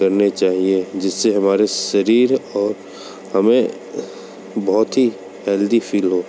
करनी चाहिए जिस से हमारे शरीर और हमें बहुत ही हेल्दी फ़ील हो